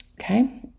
Okay